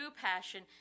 passion